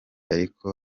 ariko